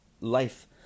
life